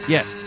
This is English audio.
Yes